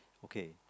okay